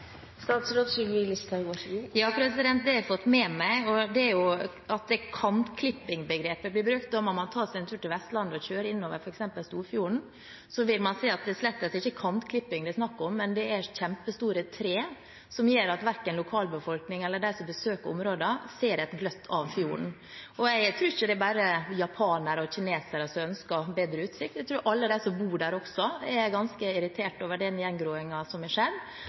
Ja, det har jeg fått med meg, men når begrepet «kantklipping» blir brukt, må man ta seg en tur til Vestlandet og kjøre innover f.eks. Storfjorden, og da vil man se at det slettes ikke er kantklipping det er snakk om, men kjempestore trær, som gjør at verken lokalbefolkningen eller de som besøker områdene, ser et gløtt av fjorden. Jeg tror ikke det bare er japanere og kinesere som ønsker seg bedre utsikt. Jeg tror også at alle de som bor der, er ganske irriterte over den gjengroingen som har skjedd,